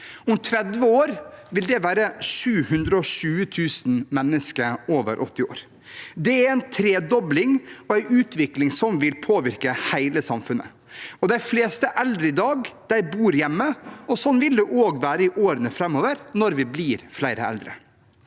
Om 30 år vil det være 720 000 mennesker over 80 år. Det er en tredobling og en utvikling som vil påvirke hele samfunnet. De fleste eldre i dag bor hjemme, og sånn vil det også være i årene framover når vi blir flere eldre.